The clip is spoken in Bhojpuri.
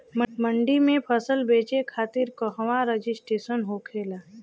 मंडी में फसल बेचे खातिर कहवा रजिस्ट्रेशन होखेला?